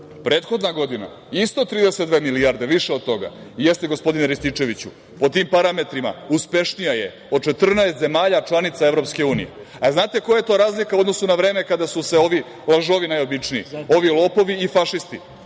Prethodna godina, isto 32 milijarde i više od toga. Jeste, gospodine Rističeviću, po tim parametrima uspešnija je od 14 zemalja članica EU. Jel znate koja je to razlika u odnosu na vreme kada su se ovi lažovi najobičniji, ovi lopovi i fašisti